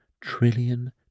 trillion